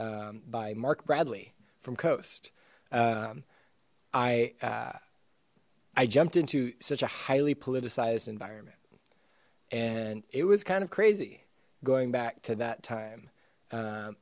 e by mark bradley from coast i uh i jumped into such a highly politicized environment and it was kind of crazy going back to that time um